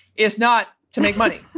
is not to make money.